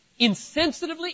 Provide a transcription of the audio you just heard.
insensitively